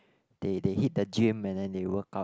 they they hit the gym and then they work out